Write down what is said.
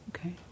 Okay